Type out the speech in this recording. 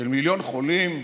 מיליון חולים,